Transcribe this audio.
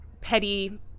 petty